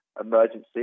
emergency